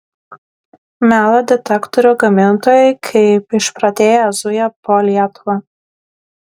melo detektorių gamintojai kaip išprotėję zuja po lietuvą